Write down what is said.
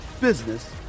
business